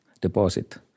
deposit